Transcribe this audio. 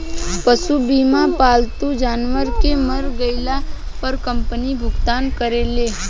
पशु बीमा मे पालतू जानवर के मर गईला पर कंपनी भुगतान करेले